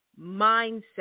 mindset